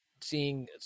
seeing